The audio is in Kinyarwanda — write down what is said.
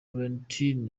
valentin